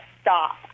stop